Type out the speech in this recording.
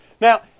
Now